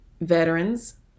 veterans